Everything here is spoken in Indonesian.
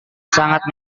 sangat